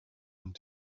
ond